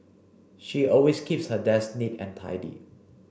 she always keeps her desk neat and tidy